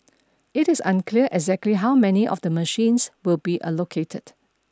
it is unclear exactly how many of the machines will be allocated